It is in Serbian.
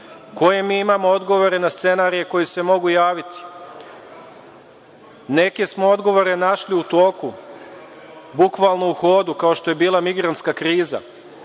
mi imamo odgovore na scenarije koji se mogu javiti? Neke smo odgovore našli u toku, bukvalno u hodu, kao što je bila migrantska kriza,